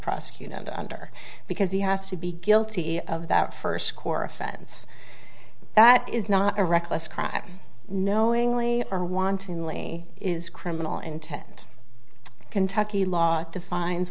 prosecuted under because he has to be guilty of that first score offense that is not a reckless crime knowingly or wantonly is criminal intent kentucky law defines